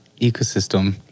ecosystem